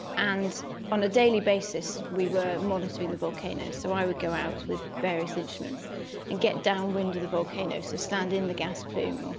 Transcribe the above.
and on a daily basis we were monitoring the volcanoes. so i would go out with various instruments and get downwind of the volcano, so stand in the gas plume.